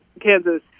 Kansas